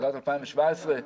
תחילת 2017,